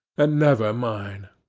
and never mine.